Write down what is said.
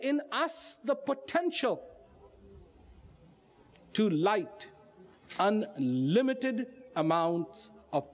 us the potential to light and limited amounts of